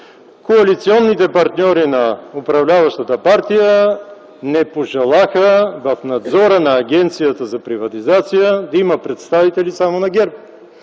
Коалиционните партньори на управляващата партия не пожелаха в надзора на Агенцията за приватизация да има представители само на ГЕРБ.